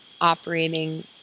operating